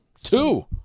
Two